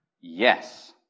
Yes